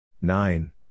Nine